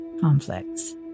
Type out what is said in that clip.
conflicts